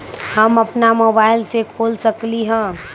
हम अपना मोबाइल से खोल सकली ह?